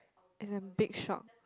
is a big shock